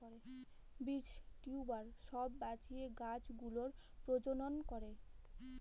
বীজ, টিউবার সব বাঁচিয়ে গাছ গুলোর প্রজনন করে